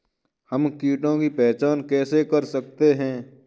हम कीटों की पहचान कैसे कर सकते हैं?